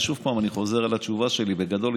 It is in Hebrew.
ושוב אני חוזר על התשובה שלי בגדול,